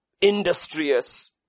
industrious